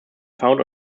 found